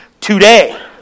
today